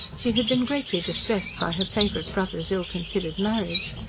she had been greatly distressed by her favourite brother's ill-considered marriage.